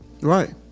Right